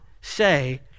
say